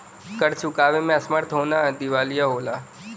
कर्ज़ चुकावे में असमर्थ होना दिवालिया होला